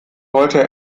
wollte